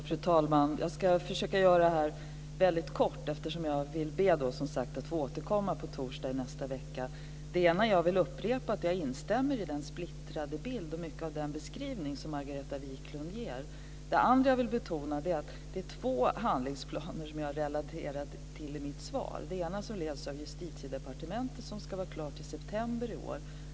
Fru talman! Jag ska försöka göra det här väldigt kort, eftersom jag som sagt ber att få återkomma på torsdag i nästa vecka. För det första vill jag upprepa att jag instämmer i mycket av den beskrivning som Margareta Wiklund ger. För det andra vill jag betona att det är två handlingsplaner som jag relaterar till i mitt svar. Den ena leds av justitiedepartementet och ska vara klar i september i år.